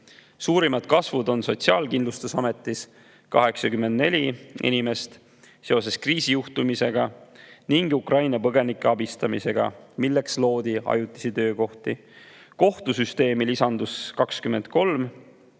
Suurim kasv on olnud Sotsiaalkindlustusametis: 84 inimest [lisandus] seoses kriisijuhtimisega ning Ukraina põgenike abistamisega, milleks loodi ajutisi töökohti. Kohtusüsteemi lisandus